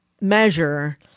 measure